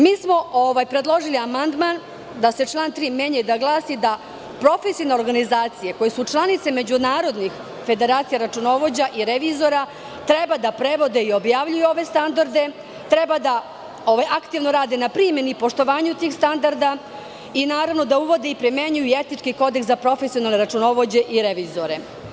Mi smo predložili amandman da se član 3. menja i da glasi – profesionalne organizacije, koje su članice međunarodnih federacija računovođa i revizora, treba da prevode i objavljuju ove standarde, treba da aktivno rade na primeni i poštovanju tih standarda i, naravno, da uvode i primenjuju i etički kodeks za profesionalne računovođe i revizore.